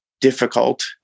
difficult